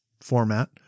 format